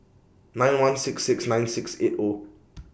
nine one six six nine six eight O